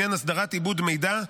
בעניין הסדרת עיבוד מידע,